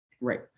Right